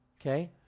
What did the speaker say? Okay